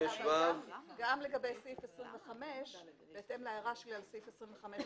25ו. בהתאם להערה שלי על סעיף 25ג,